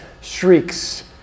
shrieks